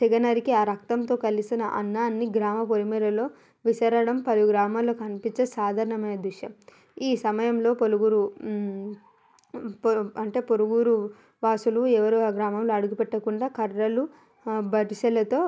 తెగనరికి ఆ రక్తంతో కలిసిన అన్నాన్ని గ్రామ పొలిమేరలో విసరడం పలు గ్రామాల్లో కనిపించే సాధారణమైన దృశ్యం ఈ సమయంలో పలువురు అంటే పొరుగు ఊరు వాసులు ఎవరూ ఆ గ్రామంలో అడుగు పెట్టకుండా కర్రలు బరిసెలతో